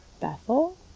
Bethel